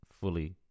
fully